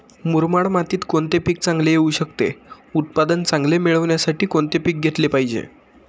मुरमाड मातीत कोणते पीक चांगले येऊ शकते? उत्पादन चांगले मिळण्यासाठी कोणते पीक घेतले पाहिजे?